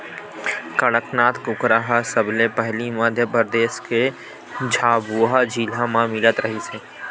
कड़कनाथ कुकरा ह सबले पहिली मध्य परदेस के झाबुआ जिला म मिलत रिहिस हे